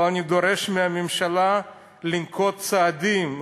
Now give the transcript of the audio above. אבל אני דורש מהממשלה לנקוט צעדים,